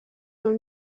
dans